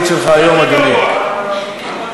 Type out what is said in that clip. הכי גרוע.